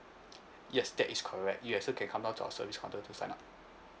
yes that is correct you also can come down to our service counter to sign up